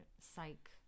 psych